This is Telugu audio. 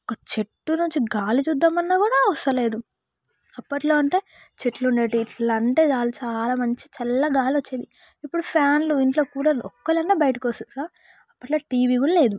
ఒక చెట్టు నుంచి గాలి చూద్దామన్నా కూడా వస్తలేదు అప్పట్లో అంటే చెట్లు ఉండేవి ఇట్లా అంటే చాలా మంచి చల్ల గాలి వచ్చేది ఇప్పుడు ఫ్యాన్లు ఇంట్లో కూలర్ ఒక్కరు అన్నా బయటికి వస్తున్నారా అప్పట్లో టీవీ కూడా లేదు